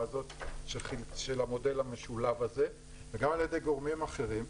של המודל המשולב הזה וגם על ידי גורמים אחרים,